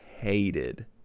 hated